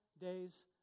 days